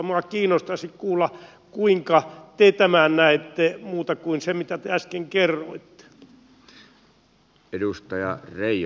minua kiinnostaisi kuulla kuinka te tämän näette muuta kuin sen mitä te äsken kerroitte